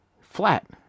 flat